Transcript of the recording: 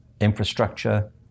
infrastructure